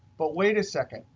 but wait a second,